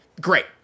Great